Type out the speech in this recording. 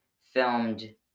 filmed